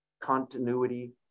continuity